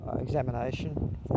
examination